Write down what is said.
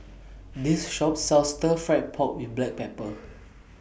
This Shop sells Stir Fried Pork with Black Pepper